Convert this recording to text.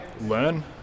learn